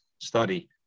study